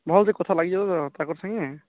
ଭଲ୍ସେ କଥା ଲାଗିଯିବ ତ ତାଙ୍କର ସାଙ୍ଗେ